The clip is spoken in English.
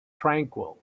tranquil